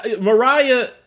Mariah